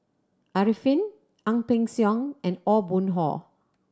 Arifin Ang Peng Siong and Aw Boon Haw